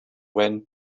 went